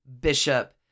bishop